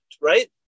right